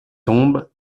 tombes